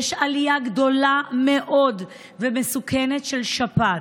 יש עלייה גדולה מאוד ומסוכנת של שפעת.